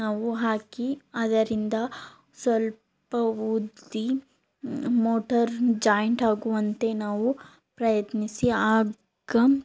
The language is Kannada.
ನಾವು ಹಾಕಿ ಅದರಿಂದ ಸ್ವಲ್ಪ ಉದ್ದಿ ಮೋಟಾರ್ ಜಾಯಿಂಟ್ ಆಗುವಂತೆ ನಾವು ಪ್ರಯತ್ನಿಸಿ ಆಗ